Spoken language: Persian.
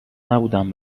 نبودم